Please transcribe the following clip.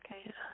Okay